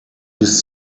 bis